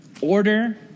Order